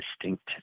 distinct